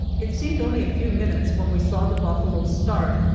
it seemed only a few minutes when we saw the buffalo start,